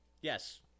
Yes